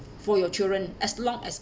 for your children as long as